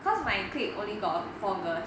cause my clique only got four girls